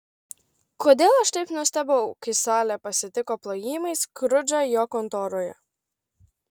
kodėl aš taip nustebau kai salė pasitiko plojimais skrudžą jo kontoroje